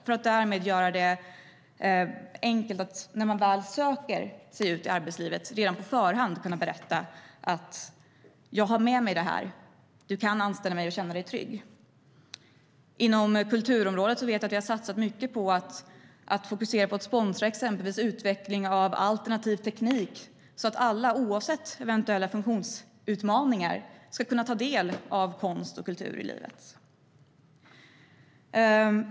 Det handlar om att göra det enkelt för människor att redan på förhand, när de väl söker sig ut i arbetslivet, kunna säga: "Jag har med mig det här; du kan anställa mig och känna dig trygg." Inom kulturområdet vet jag att vi har satsat mycket på att fokusera på sponsring av exempelvis utveckling av alternativ teknik, så att alla oavsett eventuella funktionsutmaningar ska kunna ta del av konst och kultur i livet.